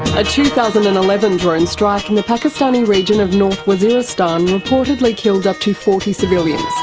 a two thousand and eleven drone strike in the pakistani region of north waziristan reportedly killed up to forty civilians.